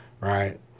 right